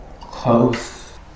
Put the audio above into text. close